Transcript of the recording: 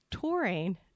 touring